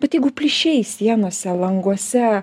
bet jeigu plyšiai sienose languose